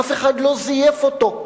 אף אחד לא זייף אותו.